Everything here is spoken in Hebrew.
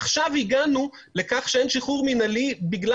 עכשיו הגענו לכך שאין שחרור מינהלי מכיוון